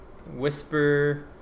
whisper